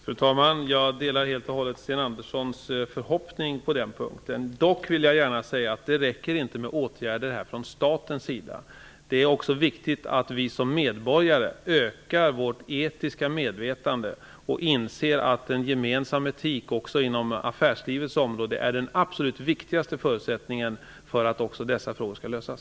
Fru talman! Jag delar helt och hållet Sten Anderssons förhoppning på denna punkt. Dock vill jag gärna säga att det inte räcker med åtgärder från statens sida. Det är också angeläget att vi såsom medborgare ökar vårt etiska medvetande och inser att en gemensam etik också inom affärslivets område är den absolut viktigaste förutsättningen för att även dessa frågor skall lösas.